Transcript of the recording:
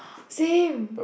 same